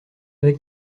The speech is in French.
avec